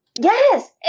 Yes